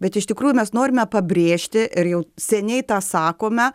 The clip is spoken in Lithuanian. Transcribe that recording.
bet iš tikrųjų mes norime pabrėžti ir jau seniai tą sakome